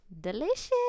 Delicious